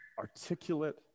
articulate